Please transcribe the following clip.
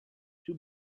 two